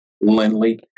Lindley